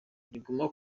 riguma